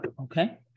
Okay